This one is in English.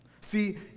see